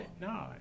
No